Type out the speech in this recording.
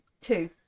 two